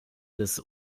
des